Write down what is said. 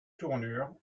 tournure